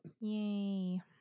yay